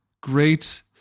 great